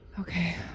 Okay